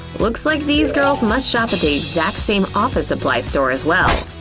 looks like these girls must shop at the exact same office supply store as well.